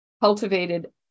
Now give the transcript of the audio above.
cultivated